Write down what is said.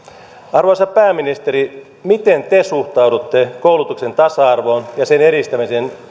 arvoisa pääministeri miten te suhtaudutte koulutuksen tasa arvoon ja sen edistämiseen